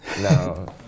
No